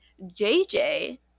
JJ